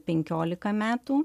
penkiolika metų